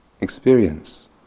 experience